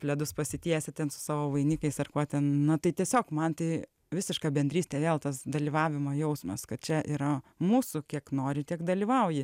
pledus pasitiesę ten su savo vainikais ar kuo ten na tai tiesiog man tai visiška bendrystė vėl tas dalyvavimo jausmas kad čia yra mūsų kiek nori tiek dalyvauja